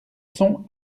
sons